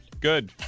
good